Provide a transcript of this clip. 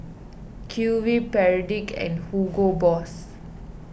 Q V Perdix and Hugo Boss